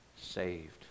saved